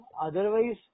Otherwise